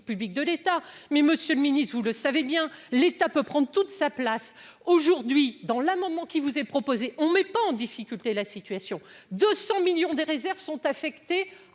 publiques de l'État, mais Monsieur le Ministre, vous le savez bien, l'État peut prendre toute sa place aujourd'hui dans l'amendement qui vous est proposé, on met pas en difficulté la situation 200 millions des réserves sont affectés